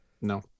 No